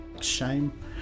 Shame